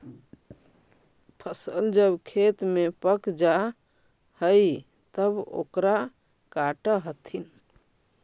फसल जब खेत में पक जा हइ तब ओकरा काटऽ हथिन